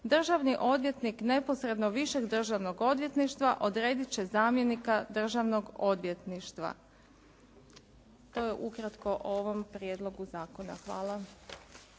državni odvjetnik neposrednog višeg državnog odvjetništva odrediti će zamjenika državnog odvjetništva. To je ukratko o ovom prijedlogu zakona. Hvala.